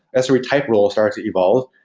ah sre type role started to evolve,